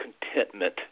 contentment